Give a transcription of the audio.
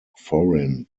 foreign